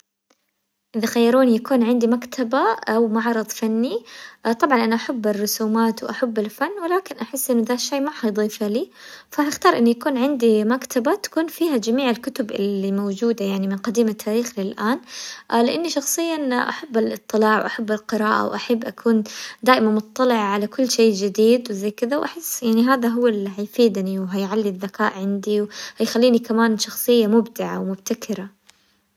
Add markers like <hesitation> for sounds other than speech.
اذا خيروني يكون عندي مكتبة او معرض فني، <hesitation> طبعا انا احب الرسومات واحب الفن ولكن احس ان دا الشي ما حيضيفه لي، فهختار انه يكون عندي مكتبة تكون فيها جميع الكتب اللي موجودة يعني من قديم التاريخ للان، اه لاني شخصيا احب الاطلاع واحب القراءة واحب اكون دائما مطلعة على كل شيء جديد وزي كذا، واحس يعني هذا هو اللي حيفيدني وحيعلي الذكاء عندي وحيخليني كمان شخصية مبدعة ومبتكرة.